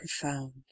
profound